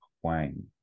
Huang